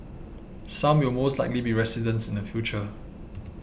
some will most likely be residents in the future